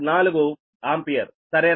4 ampere సరేనా